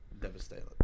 Devastating